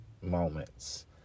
moments